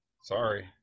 Sorry